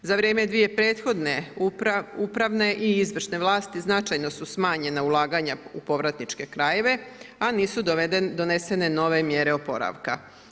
Za vrijeme dvije prethodne upravne i izvršne vlasti značajno su smanjena ulaganja u povratničke krajeve, a nisu donesene nove mjere oporavka.